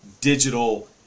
digital